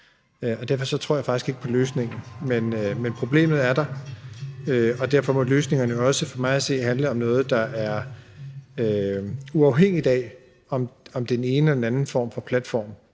Derfor tror jeg faktisk ikke på løsningen. Men problemet er der, og derfor må løsningerne jo også for mig at se handle om noget, der er uafhængigt af, om det er den ene eller den anden form for platform,